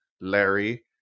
Larry